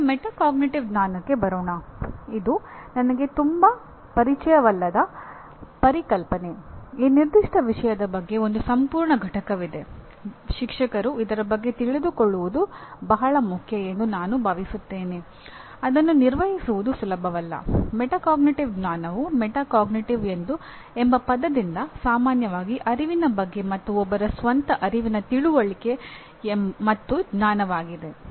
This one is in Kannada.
ಈಗ ಮೆಟಾಕಾಗ್ನಿಟಿವ್ ಜ್ಞಾನವು ಮೆಟಾ ಕಾಗ್ನಿಟಿವ್ ಎಂಬ ಪದದಿಂದ ಸಾಮಾನ್ಯವಾಗಿ ಅರಿವಿನ ಬಗ್ಗೆ ಮತ್ತು ಒಬ್ಬರ ಸ್ವಂತ ಅರಿವಿನ ತಿಳುವಳಿಕೆ ಮತ್ತು ಜ್ಞಾನವಾಗಿದೆ